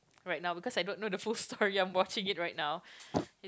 right now because I don't know the full story I'm watching it right now